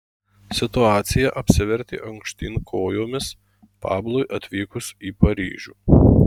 situacija apsivertė aukštyn kojomis pablui atvykus į paryžių